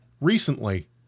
recently